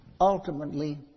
ultimately